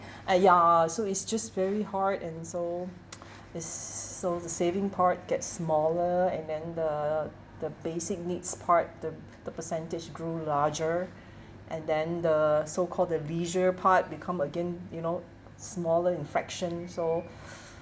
ah ya so it's just very hard and so it's so the saving part gets smaller and then the the basic needs part the the percentage grew larger and then the so called the leisure part become again you know smaller in fraction so